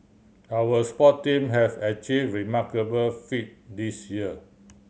our sport team have achieved remarkable feat this year